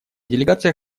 делегация